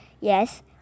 yes